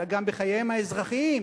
אלא גם בחייהם האזרחיים,